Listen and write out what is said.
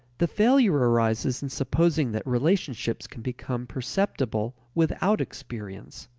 the failure arises in supposing that relationships can become perceptible without experience